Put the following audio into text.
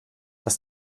dass